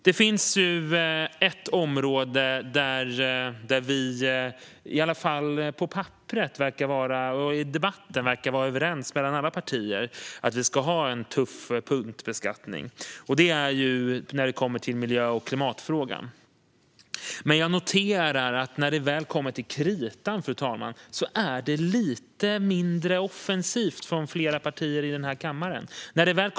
Det finns ett område där vi i alla fall på papperet och i debatten verkar vara överens mellan alla partier om att ha en tuff punktbeskattning, och det är i miljö och klimatfrågan. Jag noterar dock att när det väl kommer till kritan, fru talman, är det lite mindre offensivt från flera partier i den här kammaren.